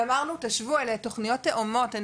ואמרנו תשוו, אלו תוכניות תואמות.